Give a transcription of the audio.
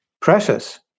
precious